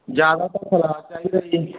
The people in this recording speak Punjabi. ਜ਼ਿਆਦਾਤਰ ਸਲਾਦ ਚਾਹੀਦਾ ਜੀ